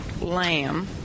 lamb